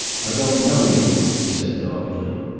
i don't know you, he said doggedly.